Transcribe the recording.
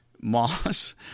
moss